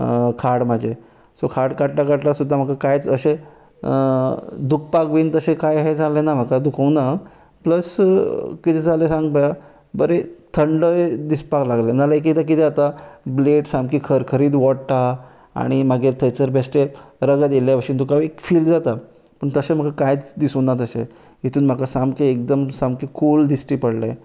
खाड म्हजें सो खाड काडटां काडटां सुद्दां म्हाका कांयच अशें दुखपाक बीन तशें कांय हें जालें ना म्हाका दुखूंक ना प्लस कितें जालें सांग पळोवया बरें थंड दिसपाक लागलें ना जाल्यार कितें कितें जाता ब्लेड सारकी करकरीत ओडटा आनी मागीर थंयसर बेश्टे रगत येल्ल्या भाशेन तुका एक फील जाता पूण तशें म्हाका कांयच दिसूं ना तशें हितून म्हाका सामकें एकदम सामकें कूल दिश्टी पडलें